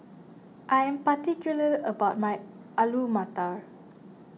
I am particular about my Alu Matar